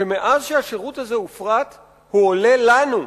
שמאז הופרט השירות הזה הוא עולה לנו,